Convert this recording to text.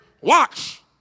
watch